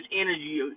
energy